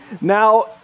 Now